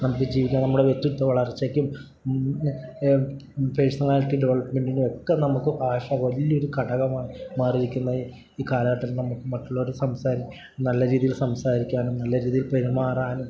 നമുക്ക് ജീവിക്കാൻ നമ്മുടെ വ്യക്തിത്വവളർച്ചയ്ക്കും എ പേഴ്സണാലിറ്റി ഡെവലപ്പ്മെൻറ്റിനും ഒക്കെ നമുക്ക് ഭാഷ വലിയൊരു ഘടകമായി മാറിരിക്കുന്ന ഈ കാലഘട്ടത്തിൽ നമുക്ക് മറ്റുള്ളവരെ സംസാരി നല്ല രീതിയിൽ സംസാരിക്കാനും നല്ല രീതിയിൽ പെരുമാറാനും